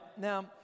now